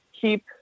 keep